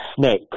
snake